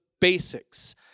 basics